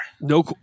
No